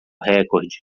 recorde